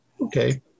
Okay